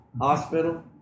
hospital